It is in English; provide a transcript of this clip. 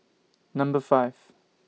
Number five